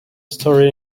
story